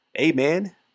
amen